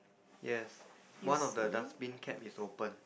yes one of the dustbin cap is open